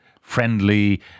friendly